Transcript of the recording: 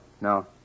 No